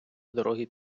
дороги